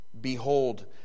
behold